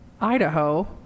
Idaho